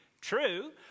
true